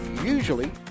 Usually